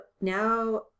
now